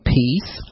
peace